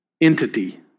entity